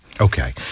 Okay